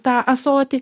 tą ąsotį